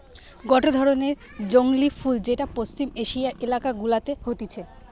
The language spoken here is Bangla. গটে ধরণের জংলী ফুল যেটা পশ্চিম এশিয়ার এলাকা গুলাতে হতিছে